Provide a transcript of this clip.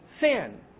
Sin